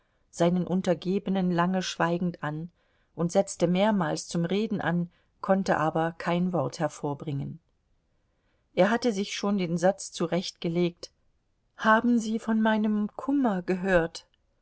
seinen untergebenen lange schweigend an und setzte mehrmals zum reden an konnte aber kein wort hervorbringen er hatte sich schon den satz zurechtgelegt haben sie von meinem kummer gehört